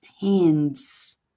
hands